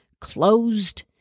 closed